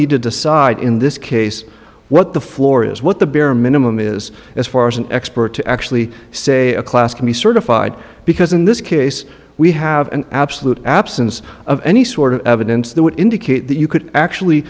need to decide in this case what the floor is what the bare minimum is as far as an expert to actually say a class can be certified because in this case we have an absolute absence of any sort of evidence that would indicate that you could actually